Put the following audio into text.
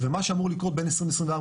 ומה שאמור לקרות בין 2024-2025,